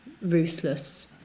ruthless